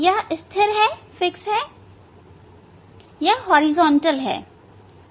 यह स्थिर है यह होरिजेंटल हैं